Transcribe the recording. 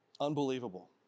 Unbelievable